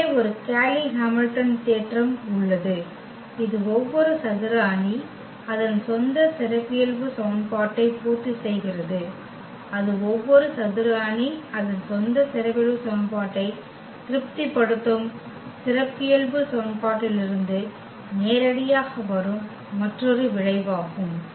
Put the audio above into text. எனவே ஒரு Cayley Hamilton தேற்றம் உள்ளது இது ஒவ்வொரு சதுர அணி அதன் சொந்த சிறப்பியல்பு சமன்பாட்டை பூர்த்திசெய்கிறது இது ஒவ்வொரு சதுர அணி அதன் சொந்த சிறப்பியல்பு சமன்பாட்டை திருப்திப்படுத்தும் சிறப்பியல்பு சமன்பாட்டிலிருந்து நேரடியாக வரும் மற்றொரு விளைவாகும்